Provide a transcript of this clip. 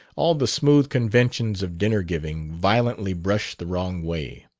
all the smooth conventions of dinner-giving violently brushed the wrong way!